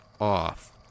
off